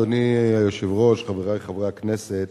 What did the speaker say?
אדוני היושב-ראש, חברי חברי הכנסת,